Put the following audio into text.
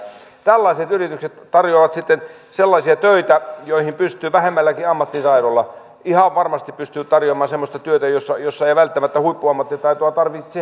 tällaiset yritykset tarjoavat sitten sellaisia töitä joihin pystyy vähemmälläkin ammattitaidolla ihan varmasti pystyvät tarjoamaan semmoista työtä jossa ei välttämättä huippuammattitaitoa tarvitse olla